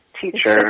teacher